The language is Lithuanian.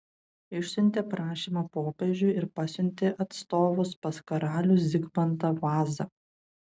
išsiuntė prašymą popiežiui ir pasiuntė atstovus pas karalių zigmantą vazą